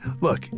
look